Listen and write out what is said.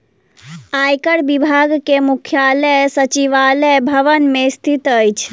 आयकर विभाग के मुख्यालय सचिवालय भवन मे स्थित अछि